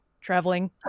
traveling